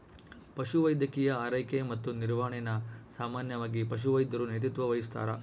ಪಶುವೈದ್ಯಕೀಯ ಆರೈಕೆ ಮತ್ತು ನಿರ್ವಹಣೆನ ಸಾಮಾನ್ಯವಾಗಿ ಪಶುವೈದ್ಯರು ನೇತೃತ್ವ ವಹಿಸ್ತಾರ